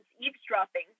eavesdropping